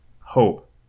hope